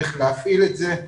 איך להפעיל את זה.